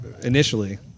initially